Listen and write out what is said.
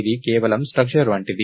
ఇది కేవలం స్ట్రక్చర్ వంటిది